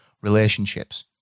relationships